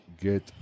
get